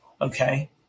Okay